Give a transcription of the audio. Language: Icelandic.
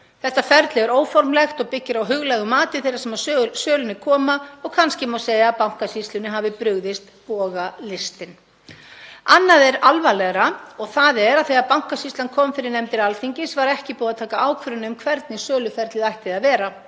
Þetta ferli er óformlegt og byggir á huglægu mati þeirra sem að sölunni koma og kannski má segja að Bankasýslunni hafi brugðist bogalistin. Annað er alvarlegra og það er að þegar Bankasýslan kom fyrir nefndir Alþingis var ekki búið að taka ákvörðun um hvernig söluferlið ætti að vera.